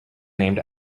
named